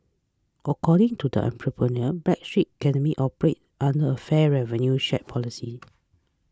according to the entrepreneur Backstreet Academy operates under a fair revenue share policy